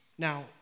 Now